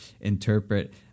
interpret